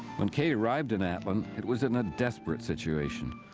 when kate arrived in atlin it was in a desperate situation.